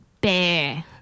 bear